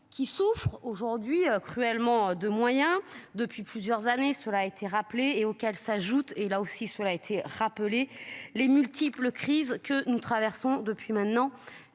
qui souffre aujourd'hui cruellement de moyens. Depuis plusieurs années sur l'été rappelé et auxquels s'ajoutent et là aussi sur l'a été rappelé les multiples crises que nous traversons depuis maintenant